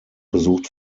besucht